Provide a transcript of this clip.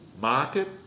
market